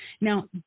Now